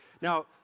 now